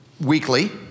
weekly